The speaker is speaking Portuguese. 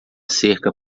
cerca